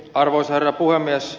arvoisa herra puhemies